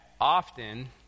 often